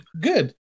good